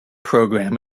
program